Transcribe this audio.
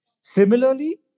Similarly